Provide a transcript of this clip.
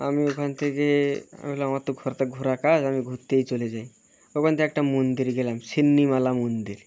আমি ওখান থেকে আমার তো ঘুরতে ঘোরা কাজ আমি ঘুরতেই চলে যাই ওখান থেকে একটা মন্দির গেলাম সিন্নিমালা মন্দির